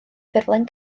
ffurflen